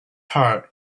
heart